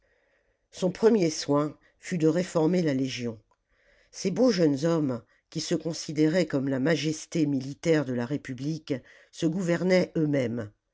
son premier soin fut de réformer la légion ces beaux jeunes hommes qui se considéraient comme la majesté militaire de la république se gouvernaient eux-mêmes